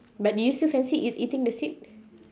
but do you still fancy eat~ eating the seed